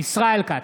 ישראל כץ,